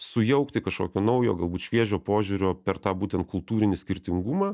sujaukti kažkokio naujo galbūt šviežio požiūrio per tą būtent kultūrinį skirtingumą